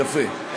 יפה.